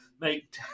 make